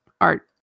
art